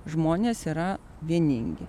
žmonės yra vieningi